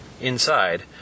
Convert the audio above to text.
Inside